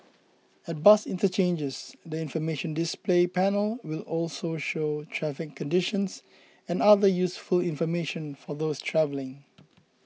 at bus interchanges the information display panel will also show traffic conditions and other useful information for those travelling